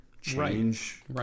change